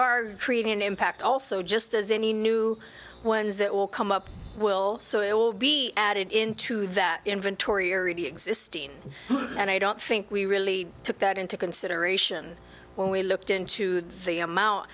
an impact also just as any new ones that will come up will so it will be added into that inventory or the existing and i don't think we really took that into consideration when we looked into the amount